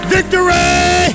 Victory